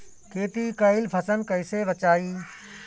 खेती कईल फसल कैसे बचाई?